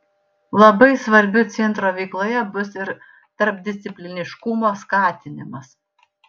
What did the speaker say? labai svarbiu centro veikloje bus ir tarpdiscipliniškumo skatinimas